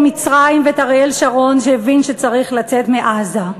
מצרים ואת אריאל שרון שהבין שצריך לצאת מעזה.